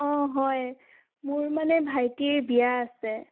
অঁ হয় মোৰ মানে ভাইটিৰ বিয়া আছে